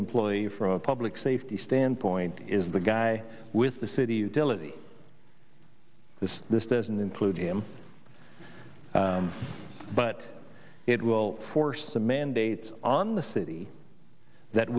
employee from a public safety standpoint is the guy with the city utility this this doesn't include him but it will force the mandates on the city that